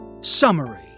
Summary